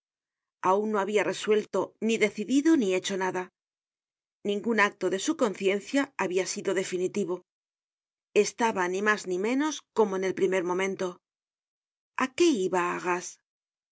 aun no habia resuelto ni decidido ni hecho nada ningun acto de su conciencia habia sido definitivo estaba ni mas ni menos como en el primer momento a qué iba á arras